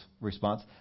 response